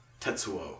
Tetsuo